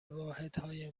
واحدهای